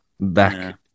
back